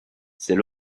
c’est